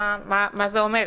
מה זה אומר?